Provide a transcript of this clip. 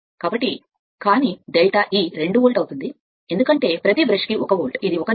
కాబట్టి కానీ delta E 2 volt అవుతుంది ఎందుకంటే ప్రతి బ్రష్ 1 వోల్ట్కు ఇది 1 2